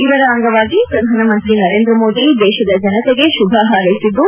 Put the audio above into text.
ಇದರ ಅಂಗವಾಗಿ ಪ್ರಧಾನಮಂತ್ರಿ ನರೇಂದ್ರ ಮೋದಿ ದೇಶದ ಜನತೆಗೆ ಶುಭ ಹಾರೈಸಿದ್ದು